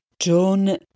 John